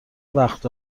وقت